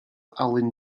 alun